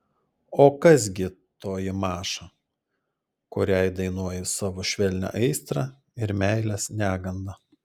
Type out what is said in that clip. o kas gi toji maša kuriai dainuoji savo švelnią aistrą ir meilės negandą